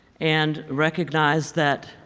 and recognize that